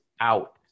out